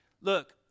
Look